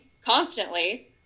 constantly